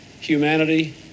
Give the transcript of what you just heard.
humanity